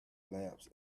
lamps